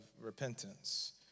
repentance